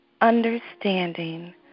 understanding